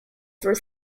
for